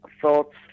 thoughts